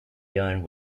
done